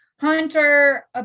Hunter